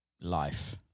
life